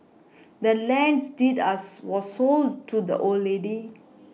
the land's deed us was sold to the old lady